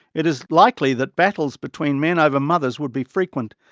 it is likely that battles between men over mothers would be frequent,